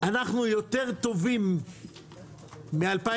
אנחנו יותר טובים מ-2018,